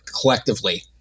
collectively